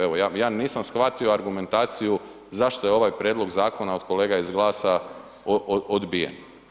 Evo, ja nisam shvatio argumentaciju zašto je ovaj prijedlog zakona od kolega iz GLAS-a odbijen.